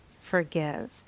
forgive